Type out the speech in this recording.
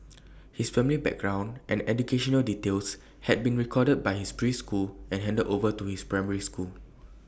his family background and educational details had been recorded by his preschool and handed over to his primary school